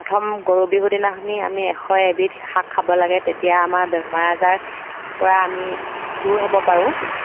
প্ৰথম গৰু বিহুৰ দিনাখনি আমি এশ এবিধ শাক খাব লাগে তেতিয়া আমাৰ বেমাৰ আজাৰ পৰা আমি দূৰ হ'ব পাৰোঁ